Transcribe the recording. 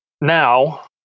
now